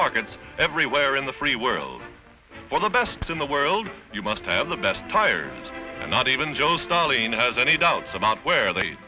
markets everywhere in the free world for the best in the world you must have the best tires not even joe's nalini has any doubts about where they